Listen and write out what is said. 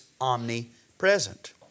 omnipresent